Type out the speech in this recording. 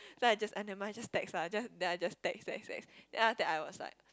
so I just ah never mind just text lah just then I just text text text then after that I was like